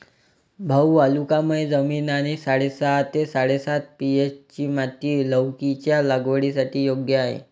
भाऊ वालुकामय जमीन आणि साडेसहा ते साडेसात पी.एच.ची माती लौकीच्या लागवडीसाठी योग्य आहे